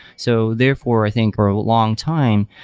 so therefore, i think or a long time,